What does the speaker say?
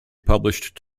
published